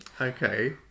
Okay